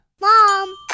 Mom